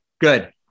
Good